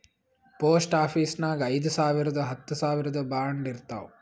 post ಆಫೀಸ್ನಾಗ್ ಐಯ್ದ ಸಾವಿರ್ದು ಹತ್ತ ಸಾವಿರ್ದು ಬಾಂಡ್ ಇರ್ತಾವ್